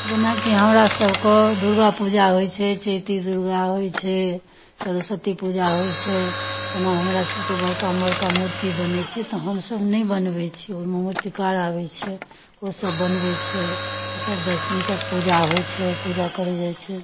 जेनाकि हमरा सबके दुर्गा पूजा होइ छै चैती दुर्गा होइ छै सरस्वती पूजा होइ छै तेना हमरा सबके बड़का बड़का मूर्ति बनै छै तऽ हमसब नहि बनबै छी ओहिमे मूर्तिकार आबै छै ओ सब बनबै छै सब दस दिन तक पूजा होइ छै पूजा करै जाइ छै